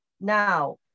Now